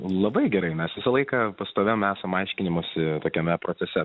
labai gerai mes visą laiką pastoviame sumažinimus tokiame procese